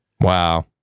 Wow